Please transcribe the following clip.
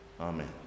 Amen